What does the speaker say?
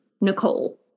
Nicole